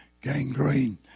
gangrene